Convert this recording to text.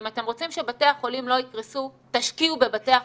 אם אתם רוצים שבתי החולים לא יקרסו תשקיעו בבתי החולים,